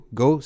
go